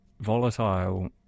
volatile